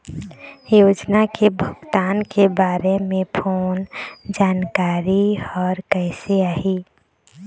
योजना के भुगतान के बारे मे फोन जानकारी हर कइसे आही?